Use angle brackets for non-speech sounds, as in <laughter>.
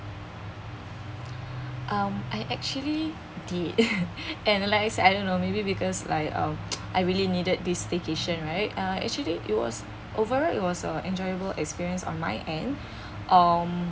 um I actually the <laughs> and like I say I don't know maybe because like uh I really needed this staycation right uh actually it was over right it was uh enjoyable experience on my end um